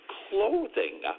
clothing